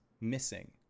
missing